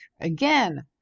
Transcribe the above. Again